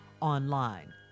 online